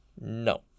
No